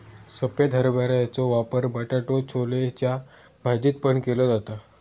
सफेद हरभऱ्याचो वापर बटाटो छोलेच्या भाजीत पण केलो जाता